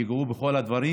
ייגעו בכל הדברים,